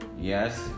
Yes